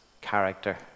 character